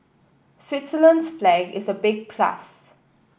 Switzerland's flag is a big plus